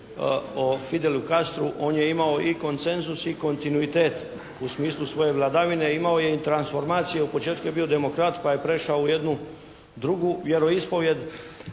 o Fidelu Catru. On je imao i koncenzus i kontinuitet u smislu svoje vladavine. Imao je i transformacije. U početku je bio demokrat pa je prešao u jednu drugu vjeroispovijed.